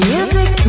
Music